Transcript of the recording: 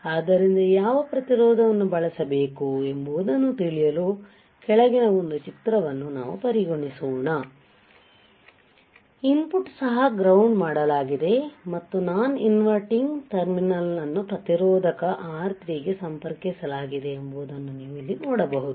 ಆದ್ದರಿಂದ ಯಾವ ಪ್ರತಿರೋಧವನ್ನು ಬಳಸಬೇಕು ಎಂಬುದನ್ನು ತಿಳಿಯಲು ಕೆಳಗಿನ ಒಂದು ಚಿತ್ರವನ್ನು ನಾವು ಪರಿಗಣಿಸೋಣ ಇನ್ ಪುಟ್ ಸಹ ಗ್ರೌಂಡ್ ಮಾಡಲಾಗಿದೆ ಮತ್ತು ನಾನ್ ಇನ್ವರ್ಟಿಂಗ್ ಟರ್ಮಿನಲ್ಅನ್ನು ಪ್ರತಿರೋಧಕ R3 ಗೆ ಸಂಪರ್ಕಿಸಲಾಗಿದೆ ಎಂಬುದನ್ನು ನೀವು ಇಲ್ಲಿ ನೋಡಬಹುದು